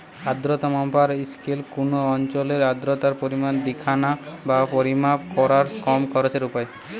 আর্দ্রতা মাপার স্কেল কুনো অঞ্চলের আর্দ্রতার পরিমাণ দিখানা বা পরিমাপ কোরার কম খরচের উপায়